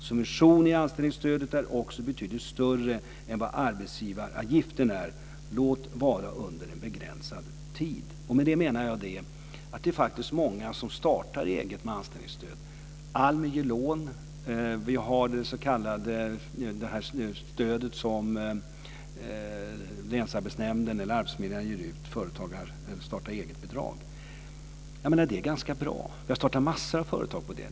Subventionen i anställningsstödet är också betydligt större än arbetsgivaravgiften, låt vara under en begränsad tid. Med det menar jag att det är många som startar eget med anställningsstöd. Almi ger lån. Vi har det stöd som länsarbetsnämnden eller arbetsförmedlingarna ger ut, starta-eget-bidrag. Jag menar att det är ganska bra. Vi har startat massor av företag med det.